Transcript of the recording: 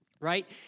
Right